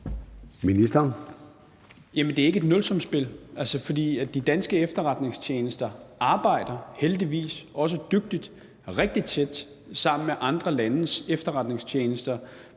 det er ikke et nulsumsspil, for de danske efterretningstjenester arbejder heldigvis, også dygtigt, rigtig tæt sammen med andre landes efterretningstjenester.